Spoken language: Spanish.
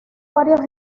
varios